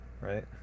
right